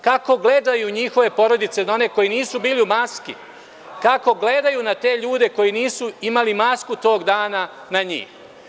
Kako gledaju njihove porodice na one koji nisu bili u maski, kako gledaju na te ljude koji nisu imali masku tog dan na njih.